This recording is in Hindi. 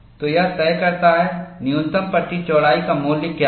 तो यह तय करता है न्यूनतम पट्टी चौड़ाई का मूल्य क्या है